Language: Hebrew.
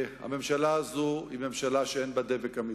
הממשלה הזו היא ממשלה שאין בה דבק אמיתי.